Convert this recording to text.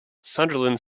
sunderland